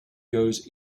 goes